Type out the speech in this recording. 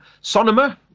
Sonoma